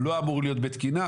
לא אמור להיות בתקינה,